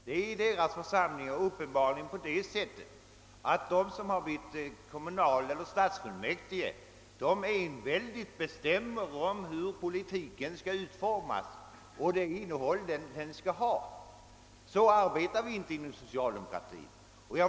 Det är i deras församlingar up penbarligen så att de som blivit kommunaleller stadsfullmäktigeledamöter enväldigt bestämmer om hur politiken skall utformas och om vilket innehåll den skall ha. Så arbetar vi inte inom socialdemokratin.